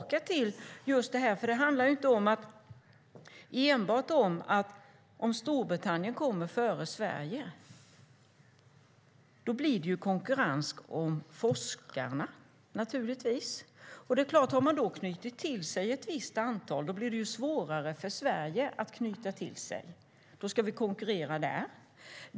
Om Storbritannien kommer före Sverige blir det naturligtvis konkurrens om forskarna. Har britterna då knutit till sig ett visst antal forskare blir det svårare för Sverige att knyta till sig forskare. Då ska vi konkurrera där.